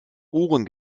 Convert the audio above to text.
ohren